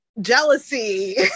jealousy